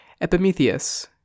Epimetheus